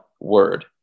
word